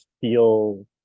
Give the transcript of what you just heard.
feel